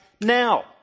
now